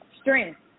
Strength